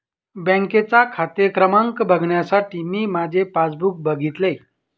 बँकेचा खाते क्रमांक बघण्यासाठी मी माझे पासबुक बघितले